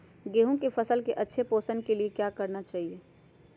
गेंहू की फसल के अच्छे पोषण के लिए क्या करना चाहिए?